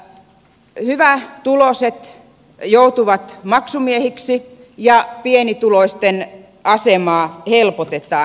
hyvätuloiset joutuvat maksumiehiksi ja pienituloisten asemaa helpotetaan